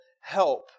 help